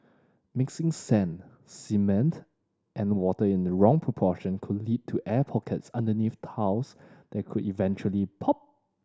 mixing sand cement and water in the wrong proportion could lead to air pockets underneath tiles that could eventually pop